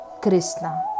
Krishna